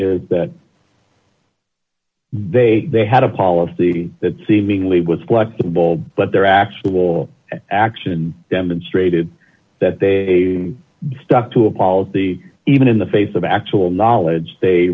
is that they they had a policy that seemingly was quite bold but their actual action demonstrated that they stuck to a policy even in the face of actual knowledge they